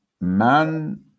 man